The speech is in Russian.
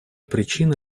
причина